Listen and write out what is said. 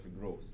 growth